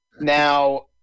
Now